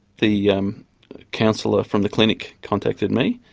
the um counsellor from the clinic contacted me,